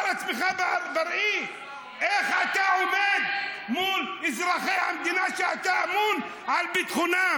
רגע, ואם מישהו רצח, אז הוא יכול לרצוח על הבמה?